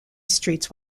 streets